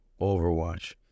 Overwatch